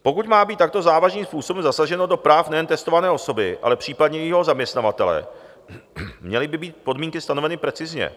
Pokud má být takto závažným způsobem zasaženo do práv nejen testované osoby, ale případně i jejího zaměstnavatele, měly by být podmínky stanoveny precizně.